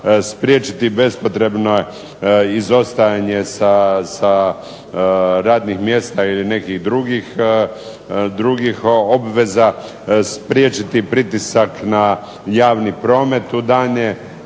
spriječiti bespotrebno izostajanje sa radnih mjesta ili nekih drugih obveza, spriječiti pritisak na javni promet u danje